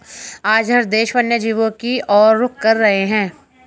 आज हर देश वन्य जीवों की और रुख कर रहे हैं